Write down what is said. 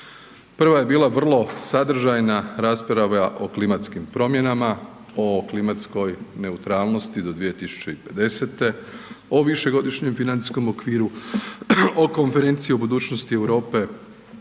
Prva je bila vrlo sadržajna rasprava o klimatskim promjenama, o klimatskoj neutralnosti do 2050., o višegodišnjem financijskom okviru, o Konferenciji o budućnosti Europe